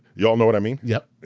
y'all know what i mean? yup,